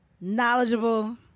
Knowledgeable